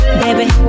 baby